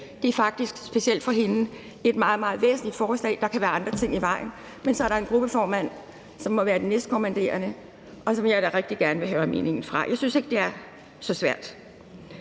faktisk specielt for hende et meget, meget væsentligt forslag. Der kan være andre ting i vejen. Men så er der en gruppeformand, som må være den næstkommanderende, og som jeg da rigtig gerne vil høre meningen fra. Jeg synes ikke, det er så svært.